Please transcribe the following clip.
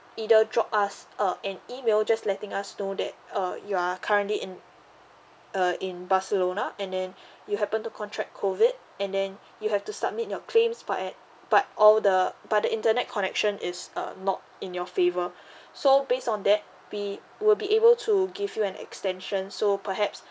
either drop us uh an email just letting us know that uh you are currently in uh in barcelona and then you happen to contract COVID and then you have to submit your claims but eh but all the but the internet connection is uh not in your favour so based on that we would be able to give you an extension so perhaps